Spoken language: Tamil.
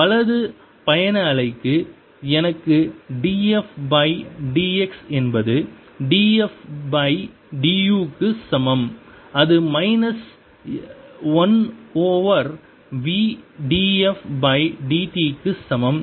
வலது பயண அலைக்கு எனக்கு df பை dx என்பது df பை du க்கு சமம் அது minus 1 over v df by dt க்கு சமம்